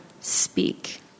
speak